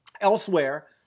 Elsewhere